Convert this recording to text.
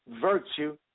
virtue